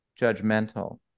judgmental